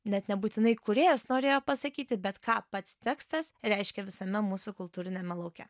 net nebūtinai kūrėjas norėjo pasakyti bet ką pats tekstas reiškia visame mūsų kultūriniame lauke